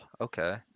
okay